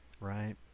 right